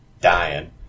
dying